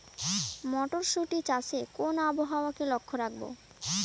মটরশুটি চাষে কোন আবহাওয়াকে লক্ষ্য রাখবো?